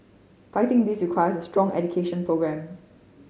fighting this requires strong education programme